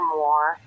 more